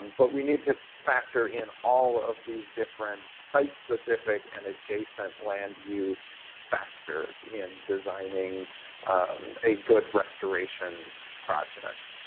but we need to factor in all of these different site-specific and adjacent land use factors in designing a good restoration project.